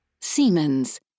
siemens